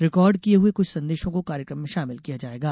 record किये हुए कुछ संदेशों को कार्यकम में शामिल किया जायेगा